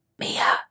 Mia